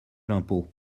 l’impôt